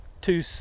two